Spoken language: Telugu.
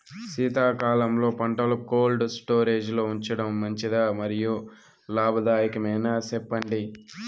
శీతాకాలంలో పంటలు కోల్డ్ స్టోరేజ్ లో ఉంచడం మంచిదా? మరియు లాభదాయకమేనా, సెప్పండి